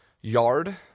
yard